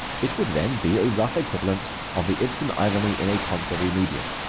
it would then be a rough equivalent of the ibsen irony in a contrary medium.